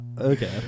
okay